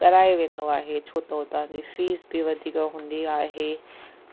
कराए वेंदो आहे छो त हुतां जी फीस बि वधीक हूंदी आहे